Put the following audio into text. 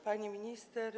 Pani Minister!